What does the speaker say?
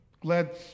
glad